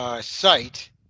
site